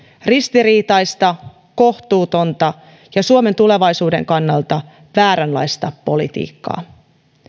ristiriitaista kohtuutonta ja suomen tulevaisuuden kannalta vääränlaista politiikkaa